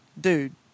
dude